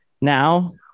now